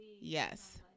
Yes